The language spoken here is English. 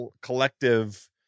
collective